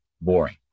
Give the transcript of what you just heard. boring